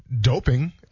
doping